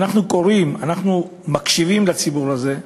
ואנחנו קוראים, אנחנו מקשיבים לציבור הזה,